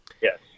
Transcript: yes